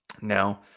Now